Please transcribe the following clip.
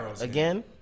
again